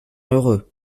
heureux